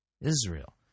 Israel